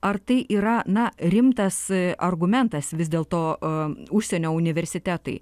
ar tai yra na rimtas argumentas vis dėlto užsienio universitetai